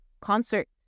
concert